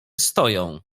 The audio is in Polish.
stoją